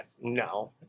No